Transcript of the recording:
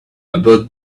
about